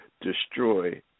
destroy